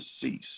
cease